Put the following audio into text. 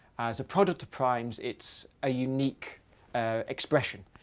as a product of primes, it's a unique expression.